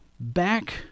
Back